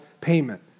payment